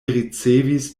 ricevis